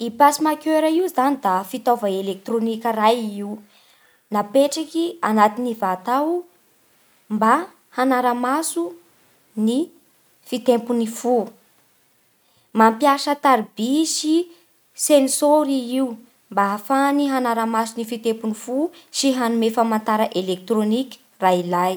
I pacemaker io zany da fitaova elektrônika iray i io. Apetraky agnaty ny vata ao mba hanara-maso ny fitepon'ny fo, mampiasa taribia sy sensor i io mba ahafahany manara-maso ny fitepon'ny fo sy hanome famantara elektrônika raha ilay.